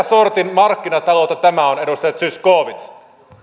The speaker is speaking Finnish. sortin markkinataloutta tämä on edustaja zyskowicz